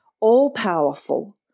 all-powerful